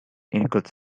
include